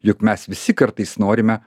juk mes visi kartais norime